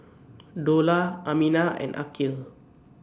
Dollah Aminah and Aqil